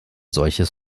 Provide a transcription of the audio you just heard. solches